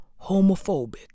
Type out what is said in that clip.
homophobic